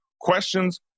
questions